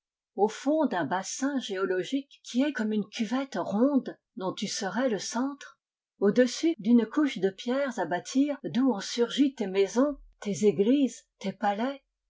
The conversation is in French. au fond d'un bassin géologique qui est comme une cuvette ronde dont tu serais le centre au-dessus d'une couche de pierres à bâtir d'où ont surgi tes maisons tes églises tes palais